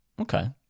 okay